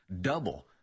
Double